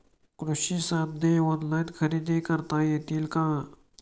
कृषी साधने ऑनलाइन खरेदी करता येतील का?